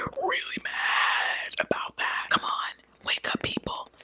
and really mad about that. come on, wake up people,